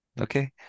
Okay